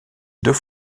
deux